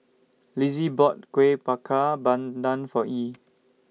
Lizzie bought Kueh Bakar Pandan For Yee